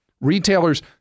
Retailers